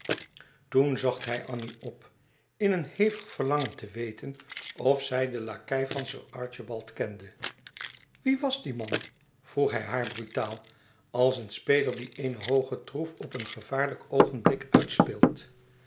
toen zocht hij annie op in een hevig verlangen te weten of zij den lakei van sir archibald kende wie was die man vroeg hij haar brutaal als een speler die eene hooge troef op een gevaarlijk oogenblik uitspeelt